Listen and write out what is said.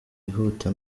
yihuta